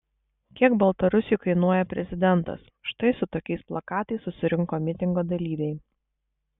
kiek baltarusiui kainuoja prezidentas štai su tokiais plakatais susirinko mitingo dalyviai